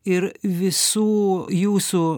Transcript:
ir visų jūsų